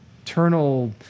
eternal